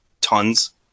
tons